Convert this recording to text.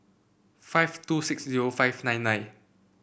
five two six zero five nine nine